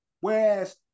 whereas